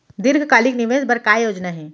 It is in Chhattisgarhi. दीर्घकालिक निवेश बर का योजना हे?